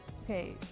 okay